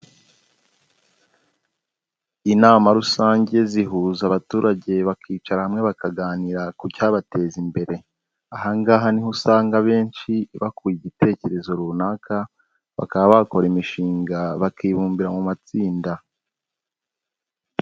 Inama rusange zihuza abaturage bakicara hamwe bakaganira ku cyabateza imbere. Ahangaha niho usanga abenshi bakuye igitekerezo runaka, bakaba bakora imishinga bakibumbira mu matsinda.